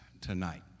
tonight